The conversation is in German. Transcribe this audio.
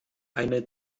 eine